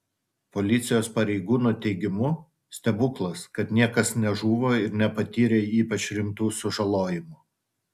policijos pareigūnų teigimu stebuklas kad niekas nežuvo ir nepatyrė ypač rimtų sužalojimų